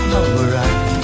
alright